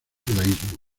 judaísmo